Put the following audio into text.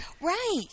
Right